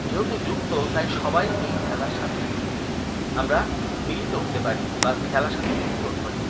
যেহেতু যুক্ত তাই সবাই এই খেলার সাথে আমরা মিলিত হতে পারি বা খেলার সাথে যুক্ত হতে পারি